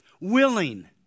willing